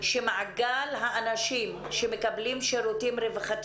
שמעגל האנשים שמקבלים שירותי רווחה